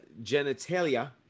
genitalia